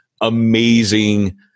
Amazing